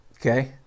okay